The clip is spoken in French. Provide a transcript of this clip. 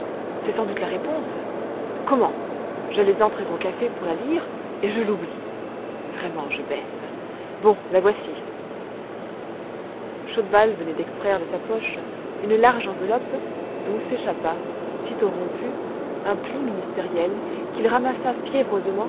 c'est sans doute la réponse comment j'allais entrer au café pour la lire et je l'oublie vraiment je baisse bon la voici chaudval venait d'extraire de sa poche une large enveloppe d'où s'échappa sitôt rompue un pli ministériel qu'il ramassa